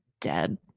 dead